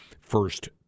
first